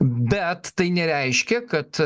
bet tai nereiškia kad